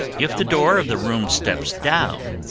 if the door of the room steps down,